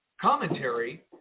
commentary